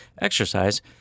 exercise